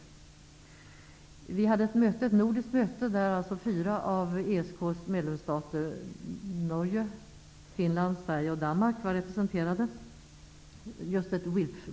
Vi hade ett nordiskt möte där fyra av ESK:s medlemsstater -- Norge, Finland, Sverige och Danmark -- var representerade.